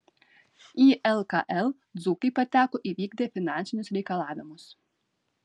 į lkl dzūkai pateko įvykdę finansinius reikalavimus